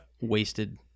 wasted